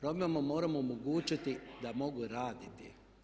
Romima moramo omogućiti da moraju raditi.